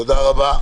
תודה לך.